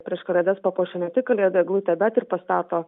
prieš kalėdas papuošia ne tik kalėdų eglutę bet ir pastato